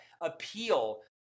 appeal